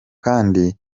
kandi